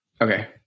Okay